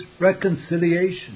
reconciliation